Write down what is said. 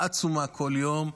עצומה כל יום,